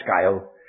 scale